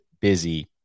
busy